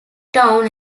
town